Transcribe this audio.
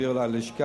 יעבירו אלי ללשכה,